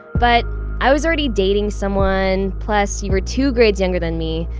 but i was already dating someone. plus, you were two grades younger than me.